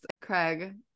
craig